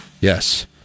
Yes